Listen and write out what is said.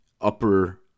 upper